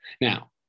now